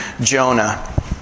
Jonah